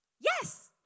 yes